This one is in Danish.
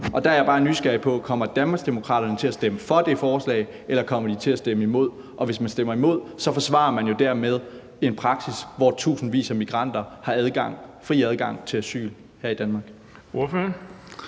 Der er jeg bare nysgerrig på, om Danmarksdemokraterne kommer til at stemme for det forslag, eller om de kommer til at stemme imod. Hvis man stemmer imod, forsvarer man jo dermed en praksis, hvormed tusindvis af migranter har fri adgang til asyl her i Danmark.